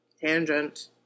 Tangent